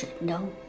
no